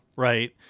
Right